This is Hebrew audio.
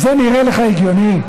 זה נראה לך הגיוני?